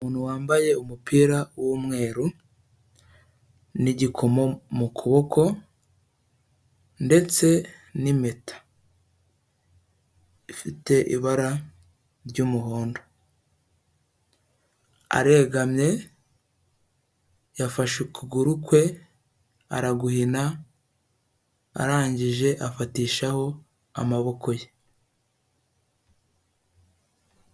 Umuntu wambaye umupira w'umweru n'igikomo mu kuboko ndetse n'mpeta ifite ibara ry'umuhondo, aregamye yafashe ukuguru kwe araguhina, arangije afatishaho amaboko ye.